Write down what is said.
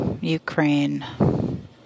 Ukraine